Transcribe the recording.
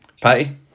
Patty